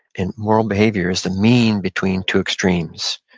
and moral behavior is the mean between two extremes.